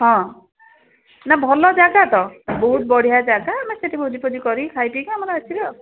ହଁ ନା ଭଲ ଜାଗା ତ ବହୁତ ବଢ଼ିଆ ଜାଗା ଆମେ ସେଇଠି ଭୋଜି ଭୋଜି କରିକି ଖାଇପିଇକି ଆମର ଆସିବା ଆଉ